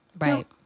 Right